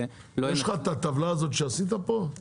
יש לך את הטבלה הזאת שעשית פה להראות אותה?